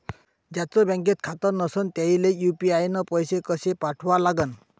ज्याचं बँकेत खातं नसणं त्याईले यू.पी.आय न पैसे कसे पाठवा लागन?